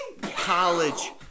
College